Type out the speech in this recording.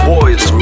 Boys